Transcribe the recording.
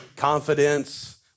Confidence